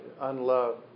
unloved